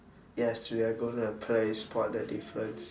yes we are gonna play spot the difference